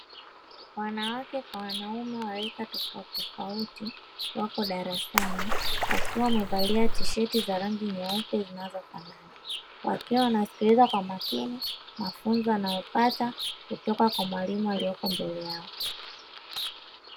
Wanawake kwa wanaume wa rika tofautitofauti wako darasani wakiwa wamevalia tisheti za rangi nyeupe zinazofanana, wakiwa wanasikiliza kwa makini mafunzo wanayopata kutoka kwa mwalimu aliyeko mbele yao.